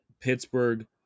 Pittsburgh